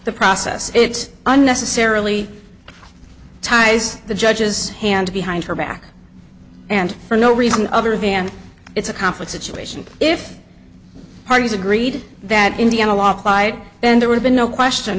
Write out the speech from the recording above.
the process it unnecessarily ties the judge's hands behind her back and for no reason other than it's a conflict situation if parties agreed that indiana law clyde and there were been no question